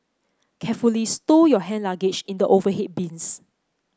carefully stow your hand luggage in the overhead bins